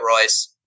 Royce